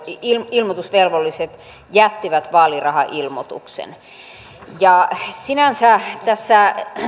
ilmoitusvelvolliset jättivät vaalirahailmoituksen sinänsä tässä